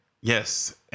Yes